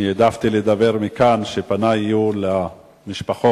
העדפתי לדבר מכאן, שפני יהיו למשפחות,